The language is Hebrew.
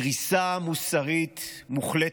קריסה מוסרית מוחלטת,